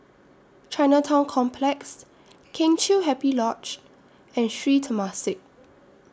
Chinatown Complex Kheng Chiu Happy Lodge and Sri Temasek